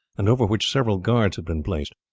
and over which several guards had been placed.